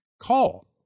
call